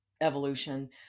evolution